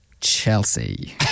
Chelsea